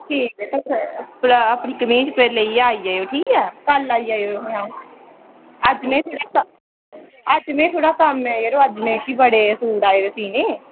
ठीक ऐ ते अपनी कमीज लेइयै आई जाएओ कल्ल आई जाएओ ठीक ऐ अज्ज में थोह्ड़ा अज्ज में थोह्ड़ा कम्म ऐ जरो अज्ज मिगी बड़े सूट आए दे सीने ई